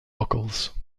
buckles